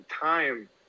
time